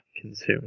consume